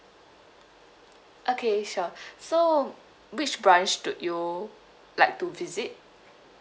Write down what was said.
okay sure so which branch do you like to visit